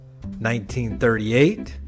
1938